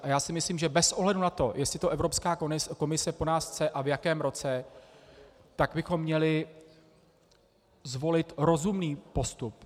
A já si myslím, že bez ohledu na to, jestli to Evropská komise po nás chce a v jakém roce, tak bychom měli zvolit rozumný postup.